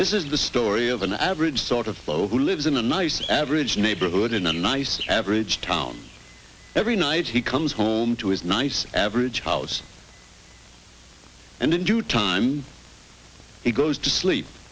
this is the story of an average sort of bloke who lives in a nice average neighborhood in a nice average town every night he comes home to his nice average house and in due time he goes to sleep